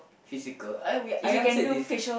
physical I we I answered this